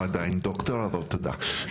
עדיין ד"ר אבל תודה.